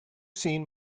seen